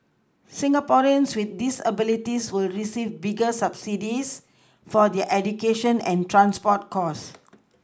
Singaporeans with disabilities will receive bigger subsidies for their education and transport costs